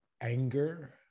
anger